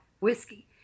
whiskey